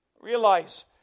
Realize